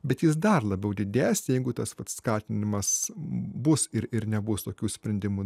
bet jis dar labiau didės jeigu tas vat skatinimas bus ir ir nebus tokių sprendimų